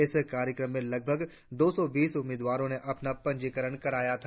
इस कार्यक्रम में लगभग दौ सौ बीस उम्मीदवारों ने अपना पंजीकरण कराया था